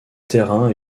terrain